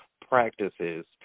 practices